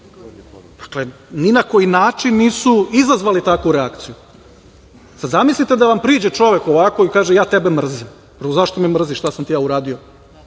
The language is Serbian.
Dakle, ni na koji način nisu izazvali takvu reakciju, sada zamislite da vam priđe čovek ovako i kaže – ja tebe mrzim. Prvo, zašto me mrziš? Šta sam ti ja uradio? Drugo,